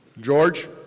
George